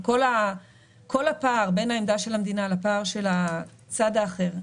וכל הפער בין העמדה של המדינה לפער של הצד האחר,